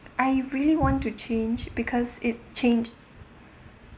I really want to change because it changed